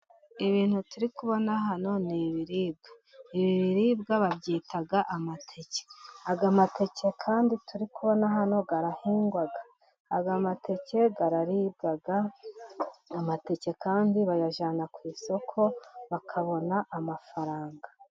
Ibintu turi kubona hano ni ibiribwa ibi biribwa babyita amateke, aya mateke kandi turi kubona hano arahingwa, aya mateke araribwa amateke kandi bayajyana ku isoko bakabona amafaranga.